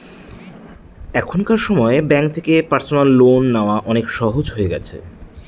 এখনকার সময় ব্যাঙ্ক থেকে পার্সোনাল লোন নেওয়া অনেক সহজ হয়ে গেছে